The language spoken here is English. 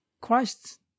Christ